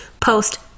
post